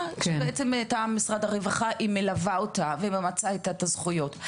שמלווה אותה מטעם משרד הרווחה וממצה איתה את הזכויות.